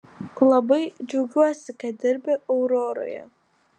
labai džiaugiuosi kad dirbi auroroje